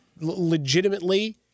legitimately